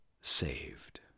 saved